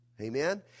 Amen